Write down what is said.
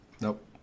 Nope